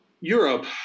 Europe